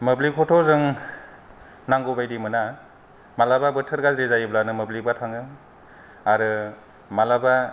मोब्लिबखौथ' जों नांगौ बायदि मोना मालाबा बोथोर गाज्रि जायोब्लानो मोब्लिबा थाङो आरो मालाबा